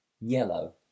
yellow